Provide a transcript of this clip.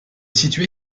situé